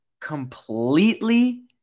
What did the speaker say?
completely